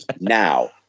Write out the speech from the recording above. now